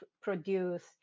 produce